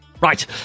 Right